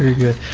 good.